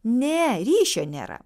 ne ryšio nėra